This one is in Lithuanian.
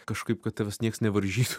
kažkaip kad tavęs niekas nevaržytų